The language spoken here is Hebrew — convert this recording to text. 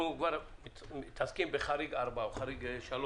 אנחנו כבר מתעסקים בחריג 4 או בחריג 3,